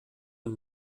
und